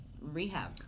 rehab